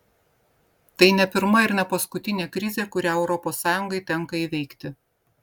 tai ne pirma ir ne paskutinė krizė kurią europos sąjungai tenka įveikti